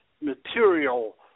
material